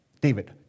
David